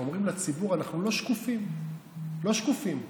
אומרים לציבור: אנחנו לא שקופים, לא שקופים.